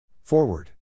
Forward